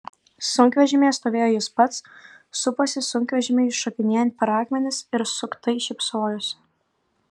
sunkvežimyje stovėjo jis pats suposi sunkvežimiui šokinėjant per akmenis ir suktai šypsojosi